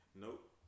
Nope